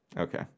okay